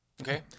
Okay